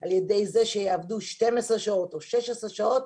על ידי זה שיעבדו 12 שעות או 16 שעות,